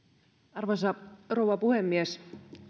arvoisa rouva puhemies